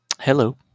Hello